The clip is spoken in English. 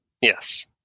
Yes